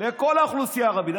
לכל האוכלוסייה הערבית.